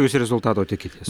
jūs rezultato tikitės